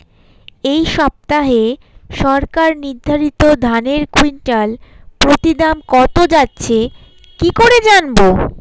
এই সপ্তাহে সরকার নির্ধারিত ধানের কুইন্টাল প্রতি দাম কত যাচ্ছে কি করে জানবো?